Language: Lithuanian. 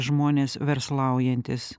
žmonės verslaujantys